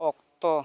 ᱚᱠᱛᱚ